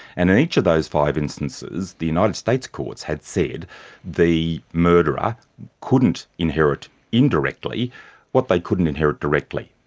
and in each of those five instances the united states courts had said the murderer couldn't inherit indirectly what they couldn't inherit directly.